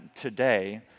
today